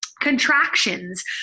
contractions